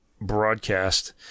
broadcast